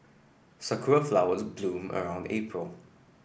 sakura flowers bloom around April